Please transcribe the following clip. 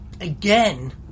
again